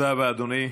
תודה רבה, אדוני.